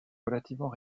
relativement